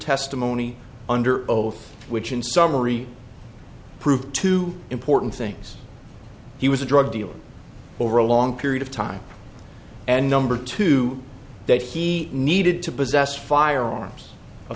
testimony under oath which in summary proved two important things he was a drug dealer over a long period of time and number two that he needed to possess firearms a